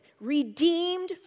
redeemed